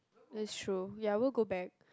that's true ya we'll go back